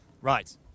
Right